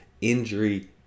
injury